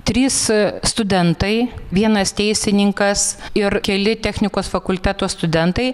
trys studentai vienas teisininkas ir keli technikos fakulteto studentai